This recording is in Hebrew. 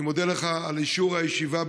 אני מודה לך על אישור הישיבה,